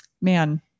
man